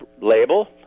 label